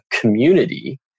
community